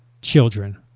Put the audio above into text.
children